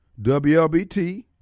WLBT